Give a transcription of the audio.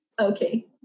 Okay